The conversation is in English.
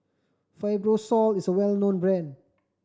Fibrosol is well known brand